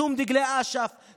שום דגלי אש"ף,